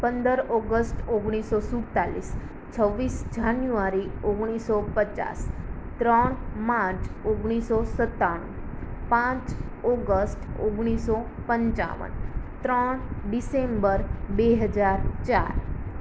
પંદર ઓગષ્ટ ઓગણીસસો સૂડતાલીસ છવીસ જાન્યુવારી ઓગણીસસો પચાસ ત્રણ માર્ચ ઓગણીસસો સતાણું પાંચ ઓગષ્ટ ઓગણીસો પંચાવન ત્રણ ડિસેમ્બર બે હજાર ચાર